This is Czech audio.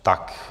Tak.